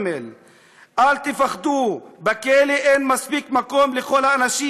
אל תפחדו, בכלא אין מספיק מקום לכל האנשים.